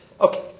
Okay